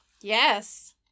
Yes